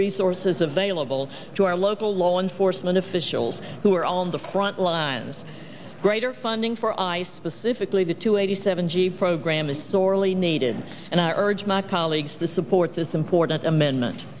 resources available to our local law enforcement officials who are on the front lines greater funding for i specifically the two eighty seven g program is sorely needed and i urge my colleagues to support this important amendment